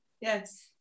Yes